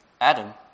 Adam